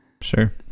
Sure